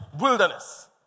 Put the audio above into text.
wilderness